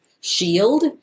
shield